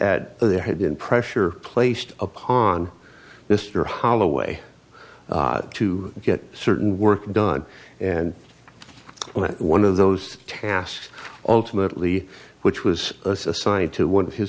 there had been pressure placed upon mr holloway to get certain work done and one of those tasks ultimately which was assigned to one of his